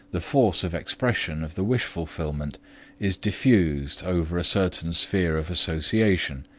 the force of expression of the wish-fulfillment is diffused over a certain sphere of association,